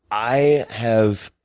i have,